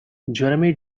jeremy